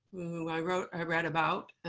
who i wrote i read about,